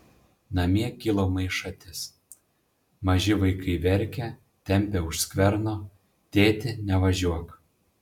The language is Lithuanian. namie kilo maišatis maži vaikai verkia tempia už skverno tėti nevažiuok